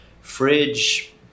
fridge